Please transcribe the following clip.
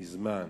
מזמן.